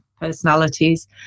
personalities